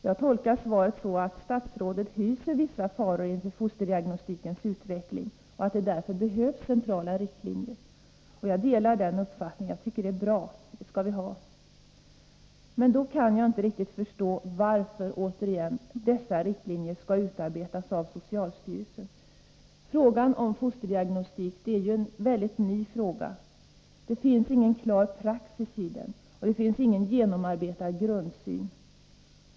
Jag tolkar svaret så att statsrådet hyser vissa farhågor inför fosterdiagnostikens utveckling och att det därför behövs centrala riktlinjer. Jag delar den uppfattningen. Det är bra, för vi skall ha sådana. Men jag kan inte riktigt förstå varför, återigen, dessa riktlinjer skall utarbetas av socialstyrelsen. Frågan om fosterdiagnostik är ju en mycket ny fråga. Det finns ingen klar praxis och ingen genomarbetad grundsyn.